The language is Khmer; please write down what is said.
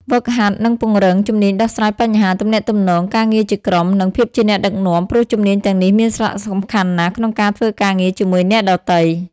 ហ្វឹកហាត់ និងពង្រឹង ជំនាញដោះស្រាយបញ្ហា ទំនាក់ទំនង ការងារជាក្រុម និងភាពជាអ្នកដឹកនាំ ព្រោះជំនាញទាំងនេះមានសារៈសំខាន់ណាស់ក្នុងការធ្វើការងារជាមួយអ្នកដទៃ។